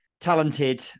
talented